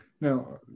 now